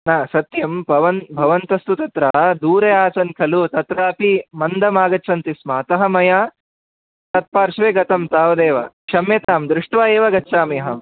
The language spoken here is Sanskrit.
हा सत्यं भवन्तः भवन्तस्तु तत्र दूरे आसन् खलु तत्रापि मन्दमागच्छन्ति स्म अतः मया तत्पार्श्वे गतं तावदेव क्षम्यतां दृष्ट्वा एव गच्छामि अहं